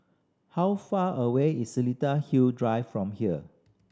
how far away is Seletar Hill Drive from here